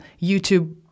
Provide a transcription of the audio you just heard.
YouTube